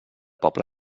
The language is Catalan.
poble